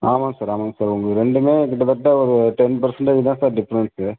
ஆமாங்க சார் ஆமாங்க சார் உங்களுக்கு ரெண்டுமே கிட்டத்தட்ட ஒரு டென் பர்சென்டேஜ் தான் சார் டிஃப்ரெண்ட்ஸு